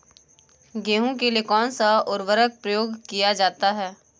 गेहूँ के लिए कौनसा उर्वरक प्रयोग किया जाता है?